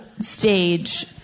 Stage